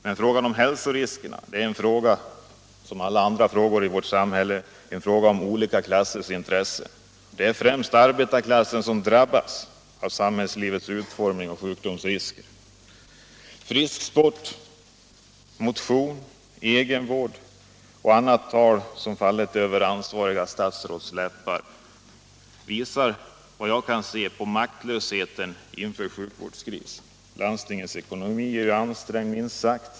Men frågan om hälsoriskerna är som andra problem i vårt samhälle en fråga om olika klassers intressen. Det är främst arbetarklassen som drabbas av samhällslivets utformning och sjukdomsrisker. Talet om frisksport, motion och egenvård och annat tal som har fallit över ansvariga statsråds läppar visar maktlösheten inför sjukvårdskrisen. Landstingens ekonomi är ju minst sagt ansträngd.